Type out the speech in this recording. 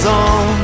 on